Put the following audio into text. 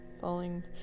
Falling